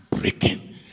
breaking